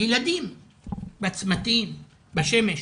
ילדים בצמתים, בשמש.